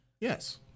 Yes